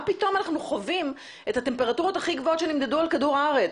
מה פתאום אנחנו חווים את הטמפרטורות הכי גבוהות שנמדדו על כדור הארץ?